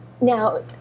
now